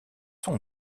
son